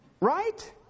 Right